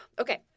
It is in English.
okay